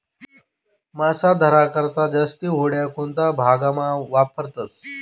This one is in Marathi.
मासा धरा करता जास्ती होड्या कोणता भागमा वापरतस